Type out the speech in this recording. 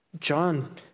John